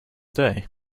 day